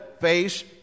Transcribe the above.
face